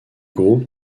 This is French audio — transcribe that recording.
groupe